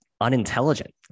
unintelligent